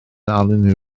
arnyn